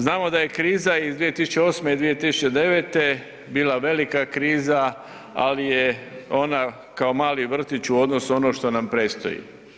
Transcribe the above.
Znamo da je kriza iz 2008. i 2009. bila velika kriza ali je ona kao mali vrtić u odnosu na ono što nam predstoji.